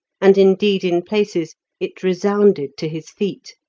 and indeed in places it resounded to his feet,